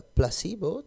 placebo